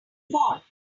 fall